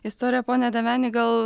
istorija pone deveni gal